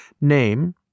Name